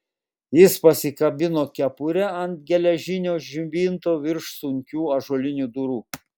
jis pasikabino kepurę ant geležinio žibinto virš sunkių ąžuolinių durų